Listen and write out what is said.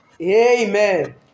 Amen